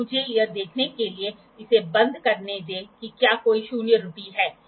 तो sine θ h by L बराबर है ठीक इसलिए एल साइन θ L sin θ हमेशा h के बराबर होता है